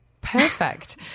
Perfect